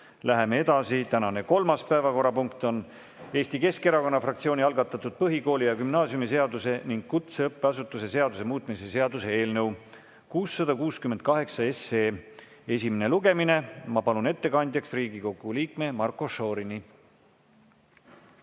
Läheme edasi. Tänane kolmas päevakorrapunkt on Eesti Keskerakonna fraktsiooni algatatud põhikooli- ja gümnaasiumiseaduse ning kutseõppeasutuse seaduse muutmise seaduse eelnõu 668 esimene lugemine. Ma palun ettekandjaks Riigikogu liikme Marko Šorini.